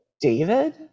David